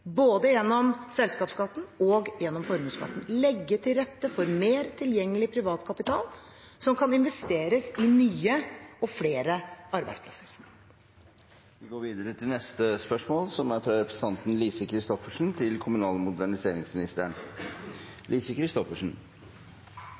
både gjennom selskapsskatten og gjennom formuesskatten – legge til rette for mer tilgjengelig privat kapital, som kan investeres i nye og flere arbeidsplasser.